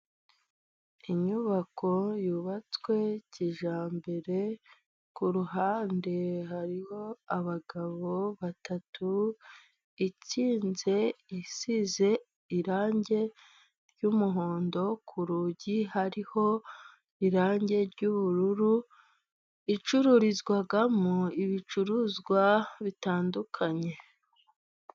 Inyubako yubatswe kijyambere ku ruhande hariho abagabo batatu, ikinze, isize irangi ry'umuhondo ku rugi hariho irangi ryubururu, icururizwamo ibicuruzwa bitandukanye.